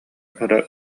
өрө